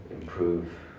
improve